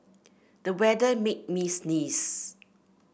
the weather made me sneeze